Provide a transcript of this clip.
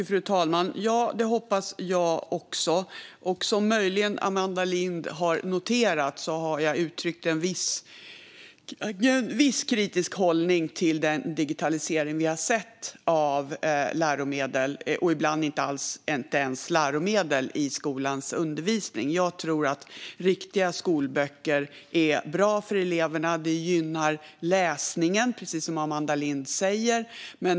Fru talman! Det hoppas jag också. Som Amanda Lind möjligen noterat har jag uttryckt viss kritik mot den digitalisering vi sett av läromedel och att det ibland inte ens finns läromedel i skolans undervisning. Jag tror att riktiga skolböcker är bra för eleverna. Det gynnar läsningen, precis som Amanda Lind säger.